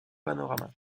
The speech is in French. panorama